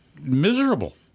miserable